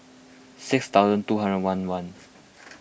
six thousand two hundred one one